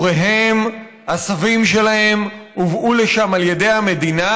הוריהם, הסבים שלהם, הובאו לשם על ידי המדינה,